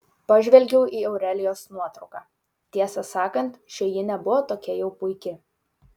pažvelgiau į aurelijos nuotrauką tiesą sakant šioji nebuvo tokia jau puiki